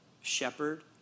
shepherd